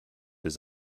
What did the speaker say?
his